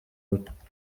abatutsi